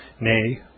nay